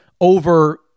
over